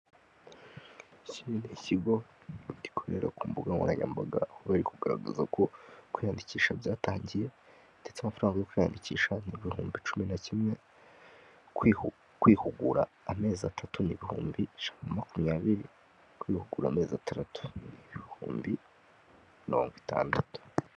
Iki ni ikigo gikorera ku mbuga nkoranyambaga aho bari kugaragaza ko kwiyandikisha byatangiye ndetse amafaranga yo kwiyandikisha ni ibihumbi cumi nakimwe, kwihugura amezi atatu ni ibihumbi ijana na makumyabiri, kwihugura amezi atandatu ni ibihumbi mirongo itandatu.